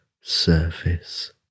surface